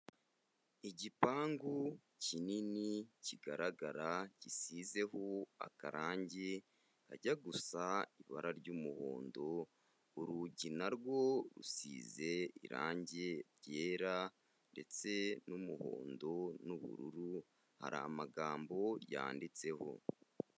Igipangu kinini kigaragara gisizeho akarangi kajya gusa ibara ry'umuhondo, urugi na rwo rusize irangi ryera ndetse n'umuhondo n'ubururu, hari amagambo yanditseho.